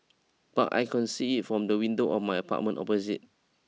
but I can see it from the window of my apartment opposite